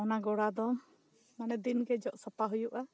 ᱚᱱᱟ ᱜᱚᱲᱟ ᱫᱚ ᱢᱟᱱᱮ ᱫᱤᱱ ᱜᱮ ᱡᱚᱜ ᱥᱟᱯᱟ ᱦᱩᱭᱩᱜ ᱟ